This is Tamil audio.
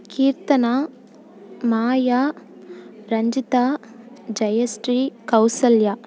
கீர்த்தனா மாயா ரஞ்சிதா ஜெயஸ்ரீ கௌசல்யா